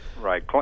Right